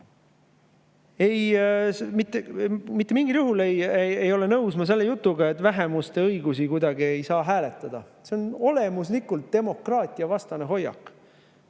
mitte mingil juhul ei ole ma nõus selle jutuga, et vähemuste õiguste üle ei saa kuidagi hääletada. See on olemuslikult demokraatiavastane hoiak.